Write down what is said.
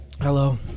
Hello